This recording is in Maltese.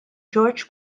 george